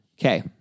Okay